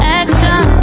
action